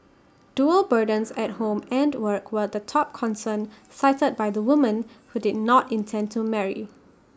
dual burdens at home and work were the top concern cited by the women who did not intend to marry